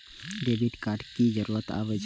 Debit card के की जरूर आवे छै?